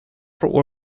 proper